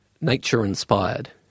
nature-inspired